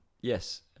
yes